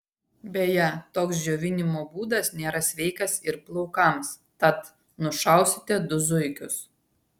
beje toks džiovinimo būdas nėra sveikas ir plaukams tad nušausite du zuikius